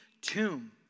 tomb